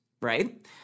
Right